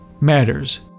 matters